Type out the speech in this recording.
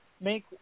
Make